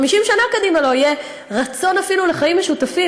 50 שנה קדימה לא יהיה רצון אפילו לחיים משותפים.